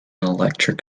electric